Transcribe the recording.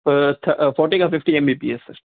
त छा फ़ोर्टी खां fifty M B P H sir